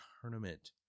tournament